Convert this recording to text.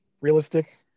Realistic